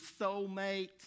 soulmate